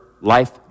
life